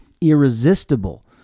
irresistible